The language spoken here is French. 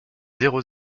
zéro